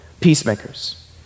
Peacemakers